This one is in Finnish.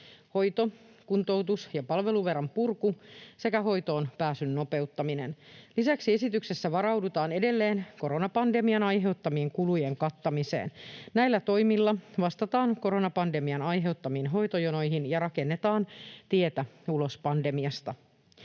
hoito-, kuntoutus- ja palveluvelan purku sekä hoitoonpääsyn nopeuttaminen. Lisäksi esityksessä varaudutaan edelleen koronapandemian aiheuttamien kulujen kattamiseen. Näillä toimilla vastataan koronapandemian aiheuttamiin hoitojonoihin ja rakennetaan tietä ulos pandemiasta.